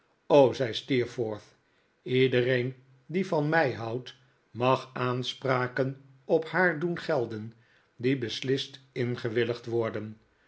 zei steerforth iedereen die van mij houdt mag aanspraken op haar doen gelden die beslist ingewilligd worden